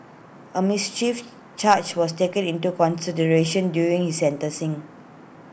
A mischief charge was taken into consideration during his sentencing